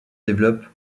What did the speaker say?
développe